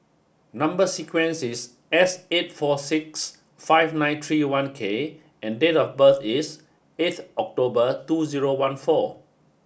number sequence is S eight four six five nine three one K and date of birth is eighth October two zero one four